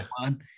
one